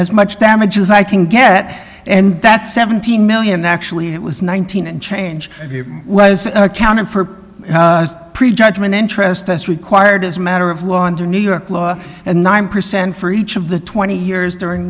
as much damage as i can get and that's seventeen million actually it was nineteen and change was accounting for prejudgment interest as required as a matter of law under new york law and nine percent for each of the twenty years during